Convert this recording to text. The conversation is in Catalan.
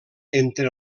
entre